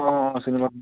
অঁ অঁ চিনি পাইছোঁ